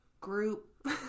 group